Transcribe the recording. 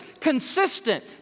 consistent